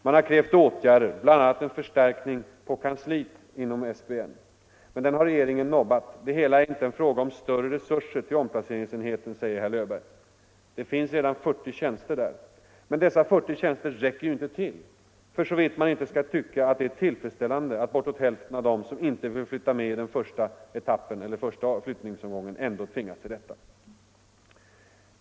Man har krävt åtgärder, bl.a. en förstärkning på kansliet inom SPN. Men denna begäran har regeringen nobbat. Det hela är inte en fråga om större resurser till omplaceringsenheten, säger statsrådet Löfberg. Det finns redan 40 tjänster där. Men dessa 40 tjänster räcker ju inte till, för såvitt man inte skall tycka att det är tillfredsställande att bortåt hälften av dem som inte vill flytta med i den första flyttningsomgången ändå tvingas till detta.